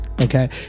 Okay